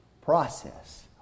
process